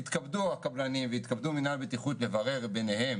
יתכבדו הקבלנים ויתכבדו מנהל הבטיחות לברר ביניהם